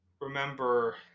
remember